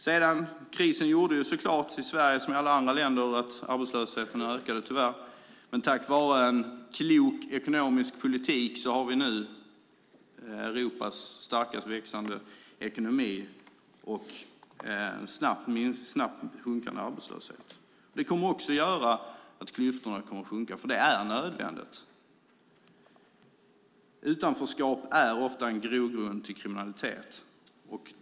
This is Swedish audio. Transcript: Sedan gjorde så klart krisen i Sverige som i alla andra länder att arbetslösheten ökade, tyvärr. Men tack vare en klok ekonomisk politik har vi nu Europas starkast växande ekonomi och en snabbt sjunkande arbetslöshet. Det kommer också att göra att klyftorna kommer att sjunka, för det är nödvändigt. Utanförskap är ofta en grogrund till kriminalitet.